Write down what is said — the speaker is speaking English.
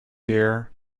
dear